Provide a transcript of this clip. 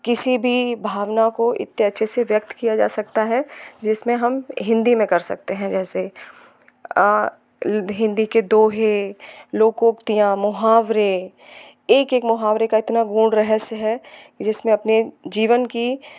किसी भी भावना को इतने अच्छे से व्यक्त किया जा सकता है जिसमें हम हिंदी में कर सकते हैं जैसे हिंदी के दोहे लोकोक्तियाँ मुहावरे एक एक मुहावरे का इतना गूड़ रहस्य है जिसमें अपने जीवन की